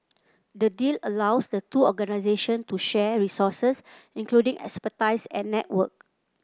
the deal allows the two organisation to share resources including expertise and network